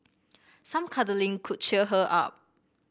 some cuddling could cheer her up